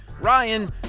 Ryan